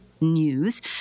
news